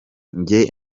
njye